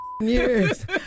years